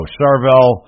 Charvel